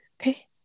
Okay